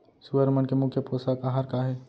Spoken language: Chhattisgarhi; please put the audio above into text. सुअर मन के मुख्य पोसक आहार का हे?